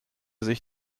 sich